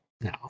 No